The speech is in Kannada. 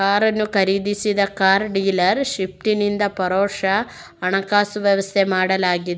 ಕಾರನ್ನು ಖರೀದಿಸಿದ ಕಾರ್ ಡೀಲರ್ ಶಿಪ್ಪಿನಿಂದ ಪರೋಕ್ಷ ಹಣಕಾಸು ವ್ಯವಸ್ಥೆ ಮಾಡಲಾಗಿದೆ